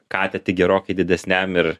katę tik gerokai didesniam ir